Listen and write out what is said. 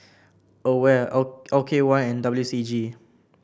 Aware L L K Y and W C G